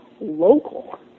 local